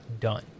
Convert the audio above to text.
done